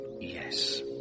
Yes